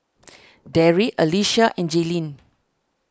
Darry Alycia and Jaylene